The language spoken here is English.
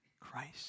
Christ